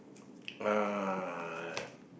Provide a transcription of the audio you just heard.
uh